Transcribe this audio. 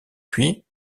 puis